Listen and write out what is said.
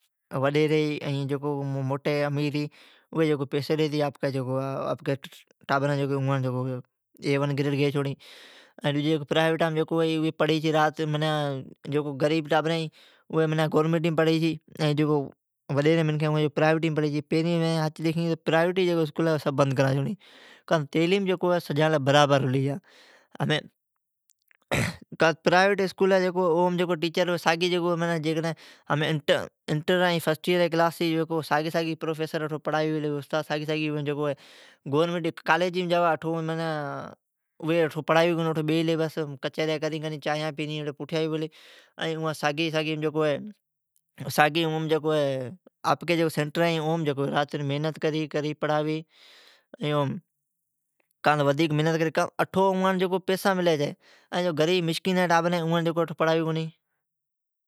وڈیری ھی جکو موٹی امیر ھی اوی جکو ھی آپکی اوی جکو ھی آپکی ٹابران لی ای ون گریڈ گینی چھوڑی۔ ائین جکو پرائوٹئیم پڑھی چھی، ائین جکو غریب ٹابرین گورمئینٹم پڑھی چھی۔ ائین جکو وڈیران جین ٹابرین ھی اوین پرائیوٹام پڑھی چھی۔ ائین مین جکو ہے، پیرین پرائوٹ اسکولا بند کرین چھونڑی ۔کان تو تعلیم سجان لی برابر ھلی جا۔ ھمین جکو ہے پرائیٹ اسکولام اوی ساگی ٹیچر مین انٹر ائین پھسٹیر جی کلاس ھی اوی ساگی ساگی پروفیسر پڑھاوی پلی۔ ائین گورمیٹی کالیجیم جاوا تو اٹھو پرھاوی کونی، اٹھو بیلی ھی۔ بیلی ھی چانھیان پینی آوی بولی۔ ائین سگھی جکو ھی اپکی سینٹرام ڈاڈھی محنت کری پڑاوی چھی۔ کان تو اٹھو اوان پیسا ملی چھی، ائین جکو غریب مسکینا جین ٹابرین ھی اوان اٹھو پڑھاوی کونی۔